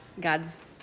God's